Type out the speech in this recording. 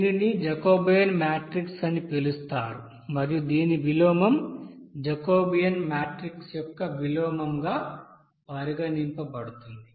దీనిని Jacobian matrix అని పిలుస్తారు మరియు దీని విలోమం జాకోబియన్ మాట్రిక్ యొక్క విలోమంగా పరిగణించబడుతుంది